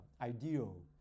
ideal